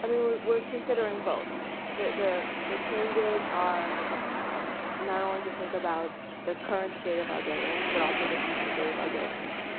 i mean we are considering both. the the changes are not only to think about the current state of our buildings but also the future state of our buildings.